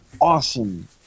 awesome